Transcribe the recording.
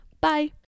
Bye